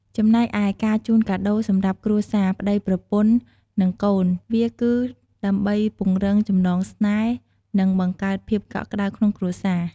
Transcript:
ចំណែកឯ ការជូនកាដូរសម្រាប់គ្រួសារ (ប្ដី/ប្រពន្ធ និងកូន) វាគឺដើម្បីពង្រឹងចំណងស្នេហ៍ និងបង្កើតភាពកក់ក្តៅក្នុងគ្រួរសារ។